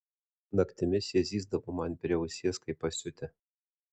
naktimis jie zyzdavo man prie ausies kaip pasiutę